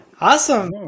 Awesome